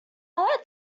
that